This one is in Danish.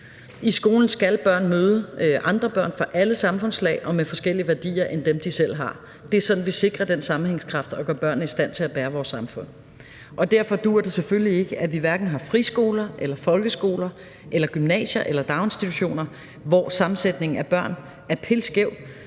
I skolen skal børn møde andre børn fra alle samfundslag og med forskellige værdier i forhold til dem, de selv har. Det er sådan, vi sikrer den sammenhængskraft og gør børnene i stand til at bære vores samfund. Og derfor duer det selvfølgelig ikke, at vi har friskoler eller folkeskoler eller gymnasier eller daginstitutioner, hvor sammensætningen af børn er pilskæv,